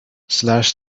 slash